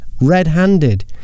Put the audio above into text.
red-handed